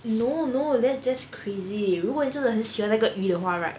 no no that's just crazy 如果你真的很喜欢那个鱼的话 right